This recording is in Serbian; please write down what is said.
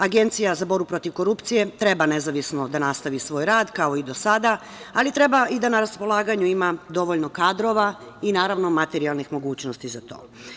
Agencija za borbu protiv korupcije treba nezavisno da nastavi svoj rad, kao i do sada, ali treba i da na raspolaganju ima dovoljno kadrova i, naravno, materijalnih mogućnosti za to.